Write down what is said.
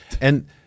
And-